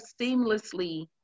seamlessly